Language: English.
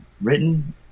written